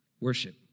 Worship